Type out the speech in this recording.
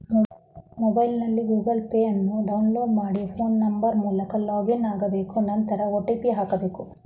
ಮೊಬೈಲ್ನಲ್ಲಿ Google Pay ಅನ್ನು download ಮಾಡಿ ಫೋನ್ ನಂಬರ್ ಮೂಲಕ ಲಾಗಿನ್ ಆಗ್ಬೇಕು ನಂತರ ಒ.ಟಿ.ಪಿ ಹಾಕ್ಬೇಕು